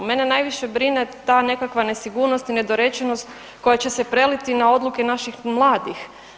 Mene najviše brine ta nekakva nesigurnost i nedorečenost koja će se preliti na odluke naših mladih.